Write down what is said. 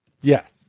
Yes